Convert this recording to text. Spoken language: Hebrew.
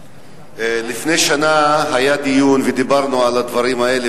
לפני שנה היה דיון ודיברנו על הדברים האלה,